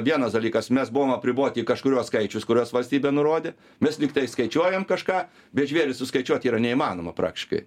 vienas dalykas mes buvom apriboti kažkuriuo skaičius kuriuos valstybė nurodė mes lyg tai skaičiuojam kažką bet žvėris suskaičiuot yra neįmanoma prakiškai